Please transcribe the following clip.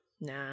Nah